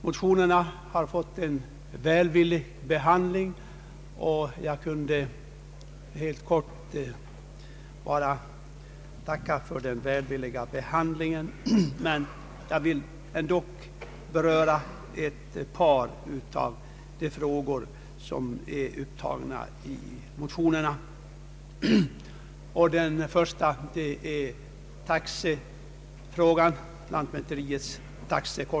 Motionerna har fått en välvillig behandling, och jag kunde ha nöjt mig med att helt kort endast tacka för den välvilliga behandlingen, men jag vill ändå beröra ett par av de frågor som är upptagna i motionerna. Den första frågan gäller lantmäteriets taxor.